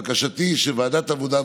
בקשתי היא שוועדת העבודה,